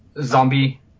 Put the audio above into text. zombie